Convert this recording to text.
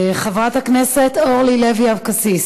חברת הכנסת אורלי לוי אבקסיס,